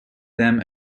them